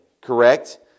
Correct